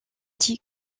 dit